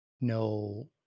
no